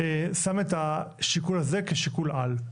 שם את השיקול הזה כשיקול על.